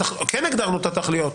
כן הגדרנו את התכליות,